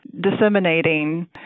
disseminating